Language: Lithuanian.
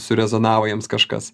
surezonavo jiems kažkas